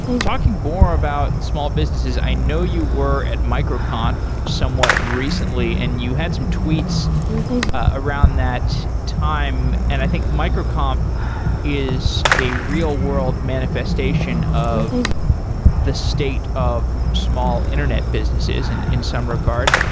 talking more about small business, i know you were at micro conf somewhat recently and you had some tweets ah around that time, and i think micro conf is a real-world manifestation of the state of small internet businesses and in some regard.